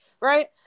right